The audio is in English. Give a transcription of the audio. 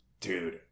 Dude